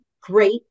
great